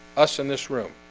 us in this room.